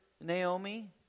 Naomi